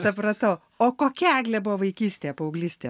supratau o kokia eglė buvo vaikystėje paauglystėje